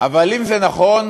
אבל אם זה נכון,